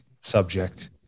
subject